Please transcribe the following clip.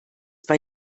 bei